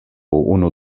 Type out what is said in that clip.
unu